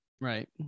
Right